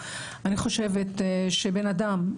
אני חושבת שבן אדם,